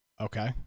Okay